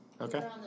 Okay